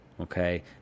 Okay